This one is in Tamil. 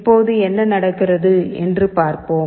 இப்போது என்ன நடக்கிறது என்று பார்ப்போம்